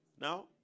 now